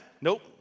Nope